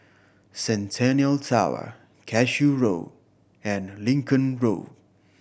Centennial Tower Cashew Road and Lincoln Road